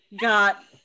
got